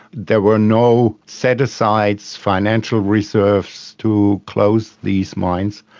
there were no set-asides, financial reserves to close these mines,